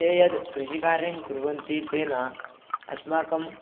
ते यद् कृषिकार्यं कुर्वन्ति तेन अस्माकं